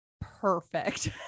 perfect